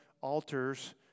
altars